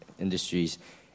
industries